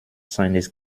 seines